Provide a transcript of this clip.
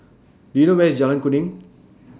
Do YOU know Where IS Jalan Kuning